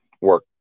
work